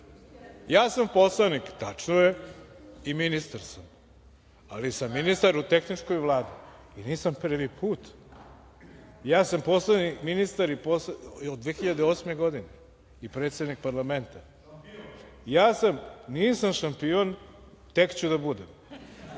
Ja sam poslanik, tačno je, i ministar sam, ali sam ministar u tehničkoj Vladi i nisam prvi put, ja sam od 2008. godine i predsednik parlamenta, nisam šampion, tek ću da budem,